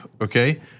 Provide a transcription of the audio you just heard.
okay